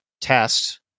test